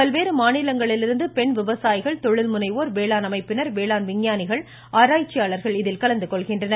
பல்வேறு மாநிலங்களிலிருந்து பெண் விவசாயிகள் தொழில்முனைவோர் வேளாண் அமைப்பினர் வேளாண் விஞ்ஞானிகள் ஆராய்ச்சியாளர்கள் இதில் கலந்துகொள்கின்றனர்